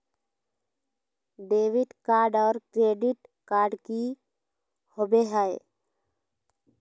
Debit card और credit card की होवे हय?